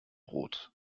rot